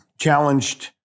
challenged